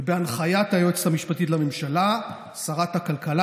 ובהנחיית היועצת המשפטית לממשלה שרת הכלכלה